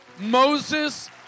Moses